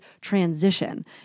transition